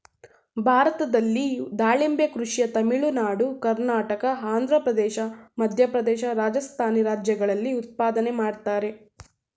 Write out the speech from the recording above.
ಭಾರತದಲ್ಲಿ ದಾಳಿಂಬೆ ಕೃಷಿಯ ತಮಿಳುನಾಡು ಕರ್ನಾಟಕ ಆಂಧ್ರಪ್ರದೇಶ ಮಧ್ಯಪ್ರದೇಶ ರಾಜಸ್ಥಾನಿ ರಾಜ್ಯಗಳಲ್ಲಿ ಉತ್ಪಾದನೆ ಮಾಡ್ತರೆ